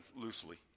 loosely